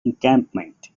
encampment